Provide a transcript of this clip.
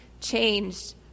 changed